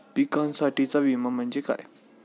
पिकांसाठीचा विमा म्हणजे काय?